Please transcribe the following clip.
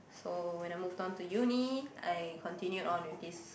so when I moved on to uni I continued on with this